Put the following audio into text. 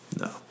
No